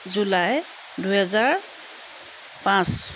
July দুহেজাৰ পাঁচ